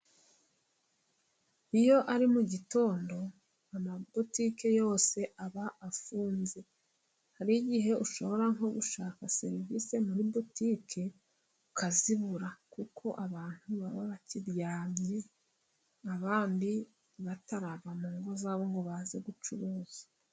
Iyo ari mu gitondo, amabutike yose aba afunze. Hari igihe ushobora nko gushaka serivisi muri butike ukazibura, kuko abantu baba bakiryamye, abandi batarava mu ngo zabo ngo baze gucuruza.